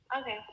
Okay